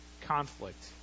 conflict